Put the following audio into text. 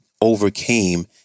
overcame